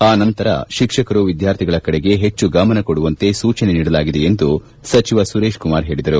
ಆನಂತರ ಶಿಕ್ಷಕರು ವಿದ್ಯಾರ್ಥಿಗಳ ಕಡೆಗೆ ಹೆಚ್ಚು ಗಮನ ಕೊಡುವಂತೆ ಸೂಚನೆ ನೀಡಲಾಗಿದೆ ಎಂದು ಸಚಿವ ಸುರೇಶ್ಕುಮಾರ್ ಹೇಳಿದರು